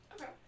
Okay